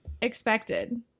expected